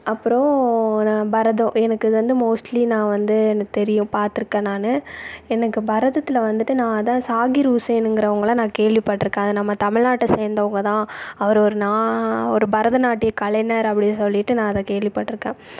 அப்புறம் நான் பரதம் எனக்கு இது வந்து மோஸ்ட்லீ நான் வந்து எனக்கு தெரியும் பார்த்துருக்கேன் நான் எனக்கு பரதத்தில் வந்துட்டு நான் அதுதான் சாகீர் உசைனுங்குறவங்களை நான் கேள்வி பட்டிருக்கேன் அது நம்ம தமிழ்நாட்டை சேர்ந்தவங்கதான் அவர் ஒரு நா ஒரு பரதநாட்டிய கலைஞர் அப்படின் சொல்லிட்டு நான் அதை கேள்வி பட்டிருக்கேன்